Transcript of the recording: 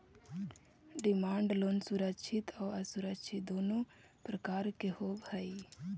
demand loan सुरक्षित आउ असुरक्षित दुनों प्रकार के होवऽ हइ